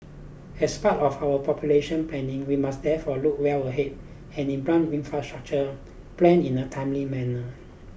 as part of our population planning we must therefore look well ahead and implement infrastructure plans in a timely manner